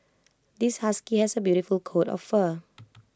this husky has A beautiful coat of fur